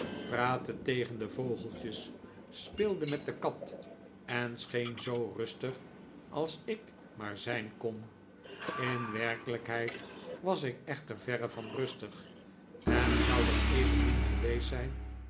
praatte tegen de vogeltjes speelde met de kat en scheen zoo rustig als ik maar zijn kon in werkelijkheid was ik echter verre van rustig en zou dat evenmin geweest zijn